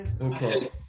Okay